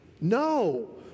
No